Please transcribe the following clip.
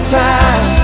time